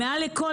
מעל לכל,